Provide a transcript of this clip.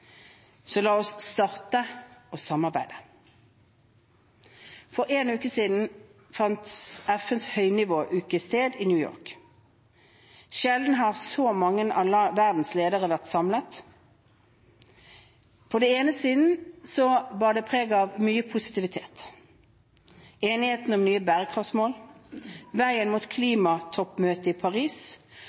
Så la oss starte å samarbeide. For en uke siden fant FNs høynivåmøte sted i New York. Sjelden har så mange av verdens ledere vært samlet. På den ene siden bar det preg av mye positivitet: enigheten om nye bærekraftsmål, veien mot klimatoppmøtet i Paris